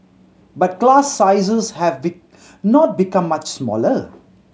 but class sizes have not become much smaller